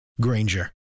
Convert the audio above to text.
Granger